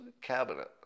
cabinet